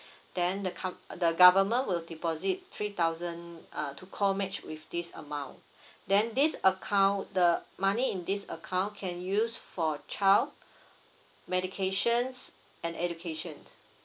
then the comp~ the government will deposit three thousand uh to co match with this amount then this account the money in this account can use for child medications and education